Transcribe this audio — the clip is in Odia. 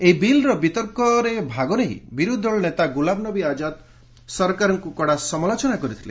ଏହି ବିଲ୍ର ବିତର୍କରେ ଭାଗ ନେଇ ବିରୋଧୀ ଦଳ ନେତା ଗୁଲାମନବୀ ଆଜାଦ୍ ସରକାରଙ୍କୁ ସମାଲୋଚନା କରିଥିଲେ